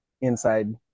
inside